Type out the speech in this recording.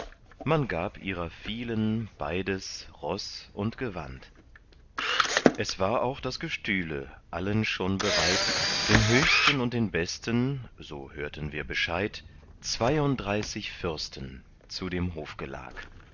man gab ihrer vielen beides roß und gewand es war auch das gestühle allen schon bereit den höchsten und den besten so hörten wir bescheid zweiunddreißig fürsten zu dem